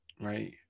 Right